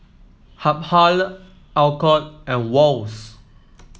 Habhal Alcott and Wall's